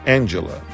Angela